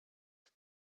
but